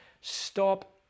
stop